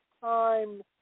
time